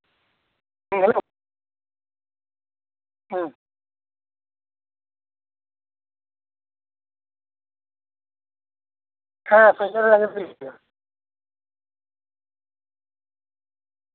hello ᱦᱮᱸ ᱦᱮᱸ social work ᱠᱷᱚᱱᱤᱧ ᱞᱟᱹᱭ ᱮᱫᱟ